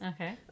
Okay